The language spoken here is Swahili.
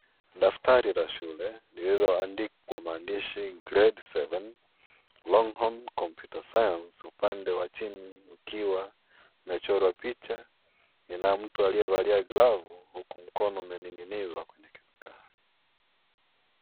Daftari la shule lililoandikwa maandishi "Grade 7,Longhorn Computer Science", upande wa chini ukiwa umechorwa picha, ina mtu aliyevalia glavu huku mkono umening'inizwa kwenye daftari.